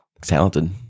talented